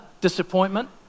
disappointment